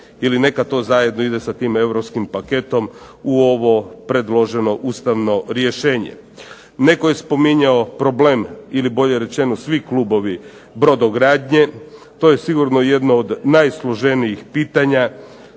neka to zajedno ide sa tim Europskim paketom u ovo predloženo Ustavno rješenje. Netko je spominjao problem, ili bolje rečeno svi klubovi brodogradnje, to je sigurno jedno od najsloženijih pitanja.